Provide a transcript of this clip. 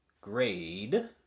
grade